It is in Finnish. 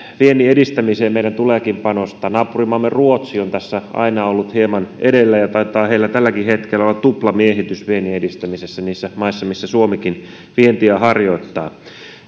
viennin edistämiseen meidän tuleekin panostaa naapurimaamme ruotsi on tässä aina ollut hieman edellä ja taitaa heillä tälläkin hetkellä olla tuplamiehitys viennin edistämisessä niissä maissa missä suomikin vientiä harjoittaa